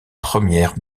premières